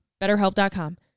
BetterHelp.com